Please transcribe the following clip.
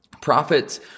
prophets